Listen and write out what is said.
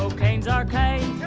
so caine's arcade.